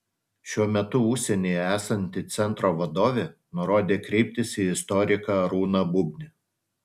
šiuo metu užsienyje esanti centro vadovė nurodė kreiptis į istoriką arūną bubnį